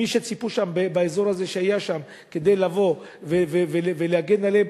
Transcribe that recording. ומי שציפו שם באזור הזה שהיה שם מישהו כדי לבוא ולהגן עליהם,